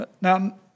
Now